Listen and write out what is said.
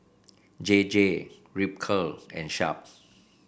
J J Ripcurl and Sharp